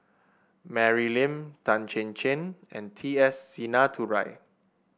Mary Lim Tan Chin Chin and T S Sinnathuray